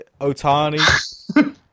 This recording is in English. Otani